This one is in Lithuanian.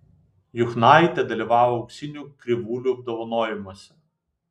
juchnaitė dalyvavo auksinių krivūlių apdovanojimuose